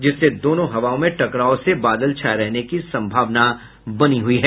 जिससे दोनों हवाओं में टकराव से बादल छाये रहने की सम्भावना बनी हुई है